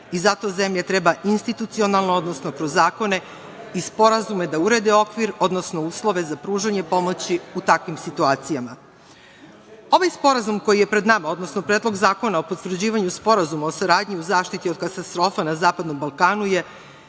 i zato zemlje treba institucionalno, odnosno kroz zakone i sporazume da urede okvir, odnosno uslove za pružanje pomoći u takvim situacijama. Ovaj Sporazum koji je pred nama, odnosno Predlog zakona o potvrđivanju Sporazuma o saradnji u zaštiti od katastrofa na Zapadnom Balkanu je